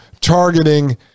targeting